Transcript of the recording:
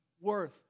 worth